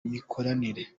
imikoranire